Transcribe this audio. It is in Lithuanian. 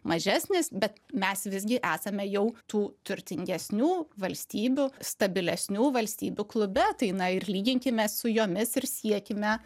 mažesnis bet mes visgi esame jau tų turtingesnių valstybių stabilesnių valstybių klube tai na ir lyginkime su jomis ir siekime